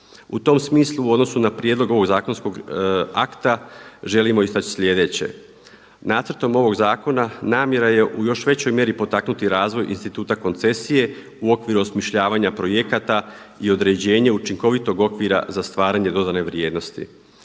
U tom smislu u odnosu na prijedlog ovog zakonskog akta želimo istaći sljedeće. Nacrtom ovog zakona namjera je u još većoj mjeri potaknuti razvoj instituta koncesije u okviru osmišljavanja projekata i određenje učinkovitog okvira za stvaranje dodane vrijednosti.